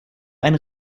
einen